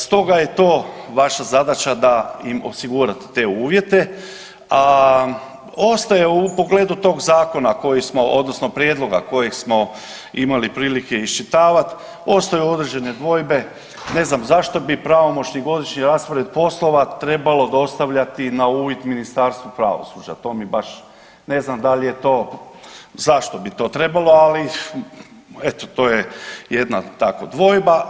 Stoga je to vaša zadaća da im osigurate te uvjete, a ostaje u pogledu tog zakona koji smo odnosno prijedloga kojeg smo imali prilike iščitavati postoje određene dvojbe, ne znam zašto bi pravomoćni godišnji raspored poslova trebalo dostavljati na uvid Ministarstvu pravosuđa, to mi baš, ne znam da li je to, zašto bi to trebalo, ali eto to je jedna tako dvojba.